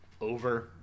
over